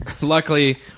Luckily